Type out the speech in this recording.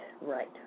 right